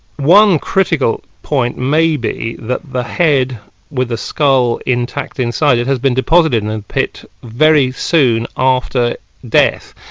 one critical point may be that the head with the skull intact inside it has been deposited in the and pit very soon after death.